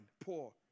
poor